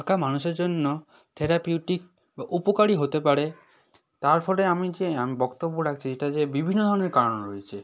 আঁকা মানুষের জন্য থেরাপিউটিক বা উপকারী হতে পারে তার ফরে আমি যে আমি বক্তব্য রাখছি এটা যে বিভিন্ন ধরনের কারণ রয়েছে